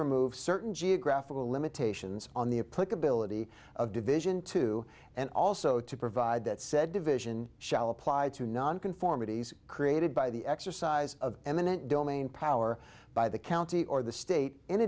remove certain geographical limitations on the a pic ability of division two and also to provide that said division shall apply to nonconformity created by the exercise of eminent domain power by the county or the state in